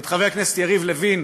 את חבר הכנסת יריב לוין,